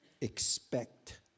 expect